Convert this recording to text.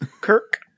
Kirk